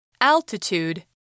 Altitude